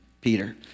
Peter